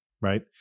right